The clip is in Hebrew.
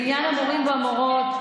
לעניין המורים והמורות,